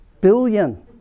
billion